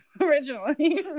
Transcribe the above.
originally